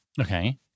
Okay